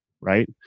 right